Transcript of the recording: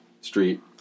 street